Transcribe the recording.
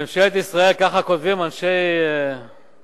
"ממשלת ישראל", ככה כותבים אנשי קדימה,